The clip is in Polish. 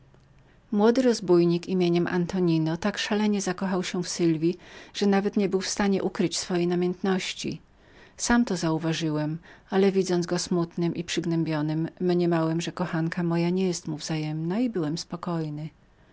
młody rozbójnik nazwiskiem antonino tak szalenie zakochał się w sylwji że niebył nawet w stanie ukryć swojej namiętności sam to uważałem ale widząc go smutnym i pognębionym mniemałem że kochanka moja niebyła mu wzajemną i byłem spokojny